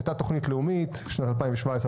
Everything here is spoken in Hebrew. הייתה תכנית לאומית בשנת 2018-2017,